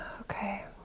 Okay